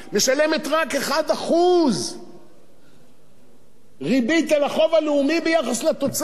משלמת רק 1% ריבית על החוב הלאומי ביחס לתוצר.